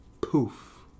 Poof